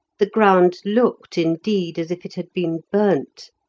the ground looked, indeed, as if it had been burnt,